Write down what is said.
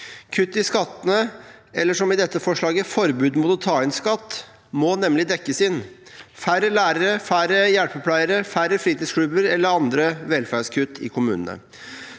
Kutt i skattene, eller som i dette forslaget, forbud mot å ta inn skatt, må nemlig dekkes inn: færre lærere, færre hjelpepleiere, færre fritidsklubber eller andre velferdskutt i kommunene.